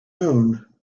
own